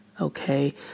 okay